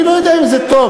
אני לא יודע אם זה טוב.